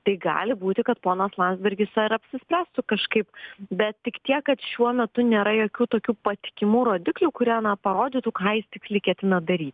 tai gali būti kad ponas landsbergis ir apsispręstų kažkaip bet tik tiek kad šiuo metu nėra jokių tokių patikimų rodiklių kurie na parodytų ką jis tiksliai ketina daryti